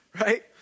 right